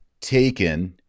taken